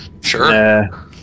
Sure